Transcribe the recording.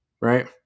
right